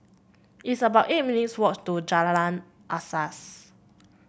it's about eight minutes' walk to Jalan Asas